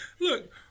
Look